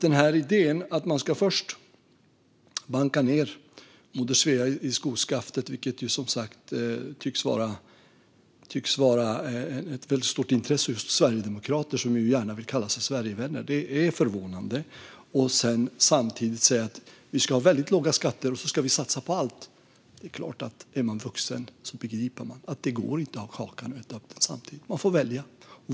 Det tycks som sagt vara ett väldigt stort intresse hos just sverigedemokrater - som gärna vill kalla sig Sverigevänner, vilket gör det förvånande - att banka ned Moder Svea i skoskaften, samtidigt som man säger att vi ska ha väldigt låga skatter och ändå satsa på allt. Är man vuxen begriper man att det inte går att ha kakan och samtidigt äta upp den. Man får välja.